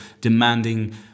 demanding